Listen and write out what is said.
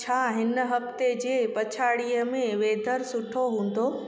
छा हिन हफ़्ते जे पछाड़ीअ में वेदर सुठो हूंदो